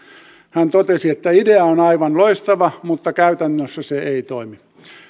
hän totesi että idea on aivan loistava mutta käytännössä se ei toimi